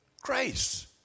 grace